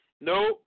No